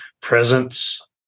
presence